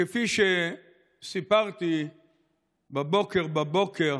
כפי שסיפרתי בבוקר בבוקר